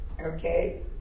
okay